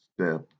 step